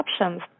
options